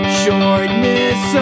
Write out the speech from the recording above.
shortness